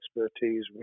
expertise